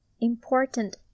important